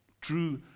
true